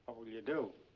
what will you do?